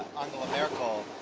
angela merkel,